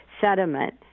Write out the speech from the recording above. sediment